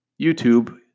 YouTube